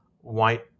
white